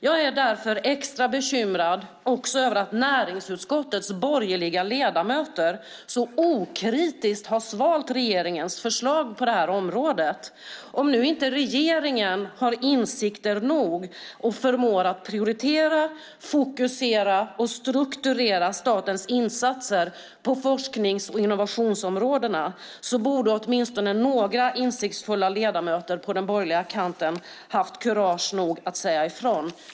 Jag är därför extra bekymrad över att näringsutskottets borgerliga ledamöter så okritiskt svalt regeringens förslag på det här området. Om regeringen inte har insikter nog och inte förmår prioritera, fokusera och strukturera statens insatser på forsknings och innovationsområdena borde åtminstone några insiktsfulla ledamöter på den borgerliga kanten ha haft kurage nog att säga ifrån.